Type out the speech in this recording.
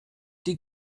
die